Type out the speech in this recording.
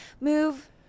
move